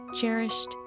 cherished